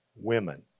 women